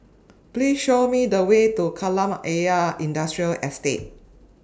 Please Show Me The Way to Kolam Ayer Industrial Estate